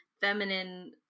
feminine